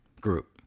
group